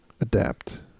adapt